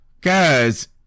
guys